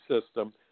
system